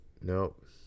Nope